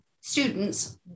students